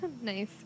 Nice